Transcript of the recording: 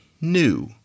new